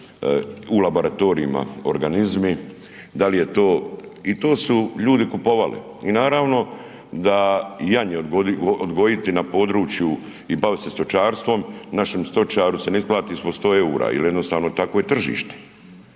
u laboratorijima organizmi, da li je to i to su ljudi kupovali. I naravno da janje odgojiti na području i baviti se stočarstvom našem stočaru se ne isplati ispod 100 EUR-a jer jednostavno takvo je tržište.